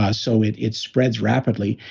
ah so, it it spreads rapidly.